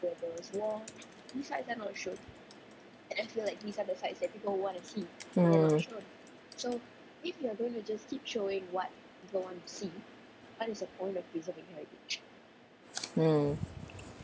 hmm mm